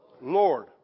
Lord